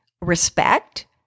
respect